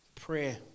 Prayer